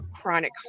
chronic